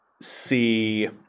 see